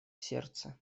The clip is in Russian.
сердце